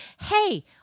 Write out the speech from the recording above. hey